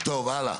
טוב, הלאה.